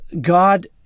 God